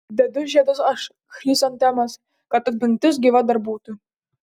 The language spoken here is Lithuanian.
dedu žiedus aš chrizantemos kad atmintis gyva dar būtų